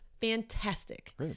fantastic